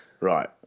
Right